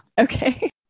Okay